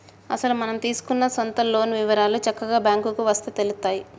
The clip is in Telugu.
అసలు మనం తీసుకున్న సొంత లోన్ వివరాలు చక్కగా బ్యాంకుకు వస్తే తెలుత్తాయి